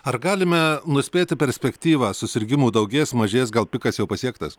ar galime nuspėti perspektyvą susirgimų daugės mažės gal pikas jau pasiektas